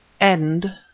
End